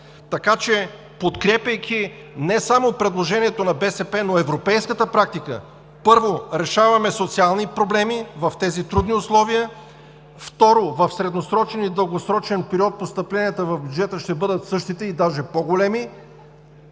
Така че подкрепяйки не само предложението на БСП, но и европейската практика, първо, решаваме социални проблеми в тези трудни условия. Второ, в средносрочен и дългосрочен период постъпленията в бюджета ще бъдат същите и даже по-големи.